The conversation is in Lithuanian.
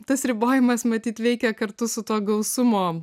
tas ribojimas matyt veikia kartu su tuo gausumo